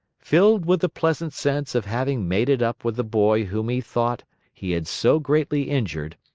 filled with the pleasant sense of having made it up with the boy whom he thought he had so greatly injured,